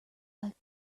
like